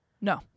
No